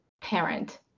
parent